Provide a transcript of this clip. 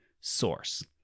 source